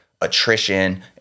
attrition